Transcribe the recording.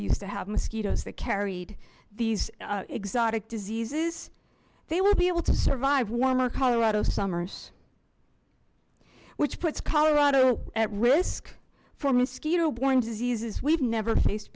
used to have mosquitoes that carried these exotic diseases they will be able to survive warmer colorado summers which puts colorado at risk for mosquito borne diseases we've never faced